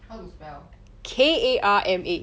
how to spell